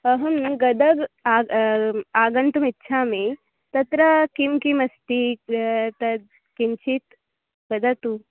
अहं गदग् आग् आगन्तुमिच्छामि तत्र किं किमस्ति एतद् किञ्चित् वदतु